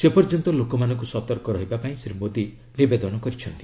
ସେପର୍ଯ୍ୟନ୍ତ ଲୋକମାନଙ୍କୁ ସତର୍କ ରହିବାପାଇଁ ଶ୍ରୀ ମୋଦି ନିବେଦନ କରିଛନ୍ତି